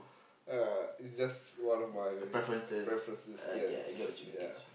uh it's just one of my preferences yes ya